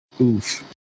Oof